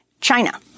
China